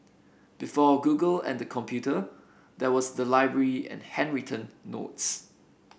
before Google and the computer there was the library and handwritten notes